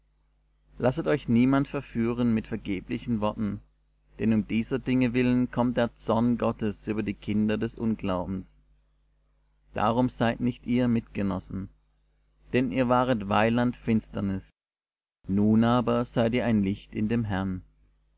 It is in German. lasset euch niemand verführen mit vergeblichen worten denn um dieser dinge willen kommt der zorn gottes über die kinder des unglaubens darum seid nicht ihr mitgenossen denn ihr waret weiland finsternis nun aber seid ihr ein licht in dem herrn